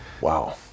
Wow